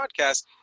podcast